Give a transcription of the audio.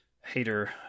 hater